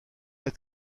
est